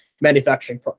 manufacturing